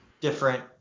different